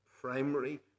primary